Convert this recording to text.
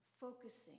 focusing